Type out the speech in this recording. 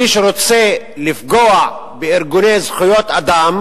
מי שרוצה לפגוע בארגוני זכויות אדם